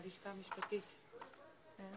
יש לנו את עורכת דין מהוד השרון, אורה לוי?